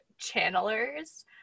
channelers